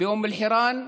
באום אל-חיראן.